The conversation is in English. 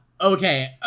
Okay